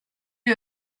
lui